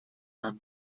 not